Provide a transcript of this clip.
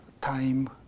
time